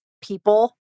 people